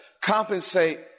compensate